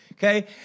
Okay